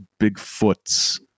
Bigfoots